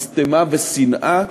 משטמה ושנאה